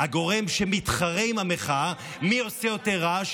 הגורם שמתחרה עם המחאה מי עושה יותר רעש,